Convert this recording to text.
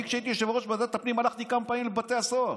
כשהייתי יושב-ראש ועדת הפנים הלכתי כמה פעמים לבתי הסוהר,